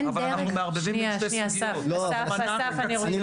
אתם לא